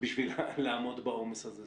כדי לעמוד בעומס הזה.